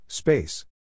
Space